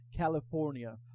California